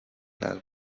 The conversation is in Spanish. las